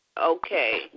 Okay